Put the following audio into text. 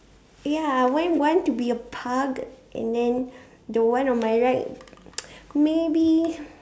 ya I want one to be a pug and then the one on my right maybe